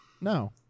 No